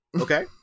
Okay